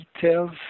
details